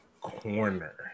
corner